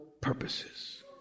purposes